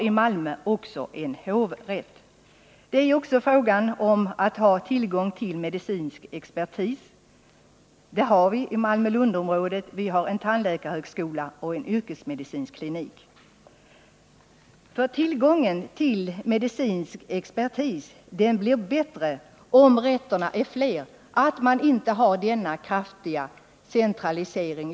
I Malmö-Lundområdet har man också tillgång till medicinsk expertis. Där finns nämligen tandläkarhögskola och en yrkesmedicinsk klinik. Tillgången till medicinsk expertis blir bättre om rätterna blir fler och vi inte har denna kraftiga centralisering.